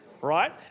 right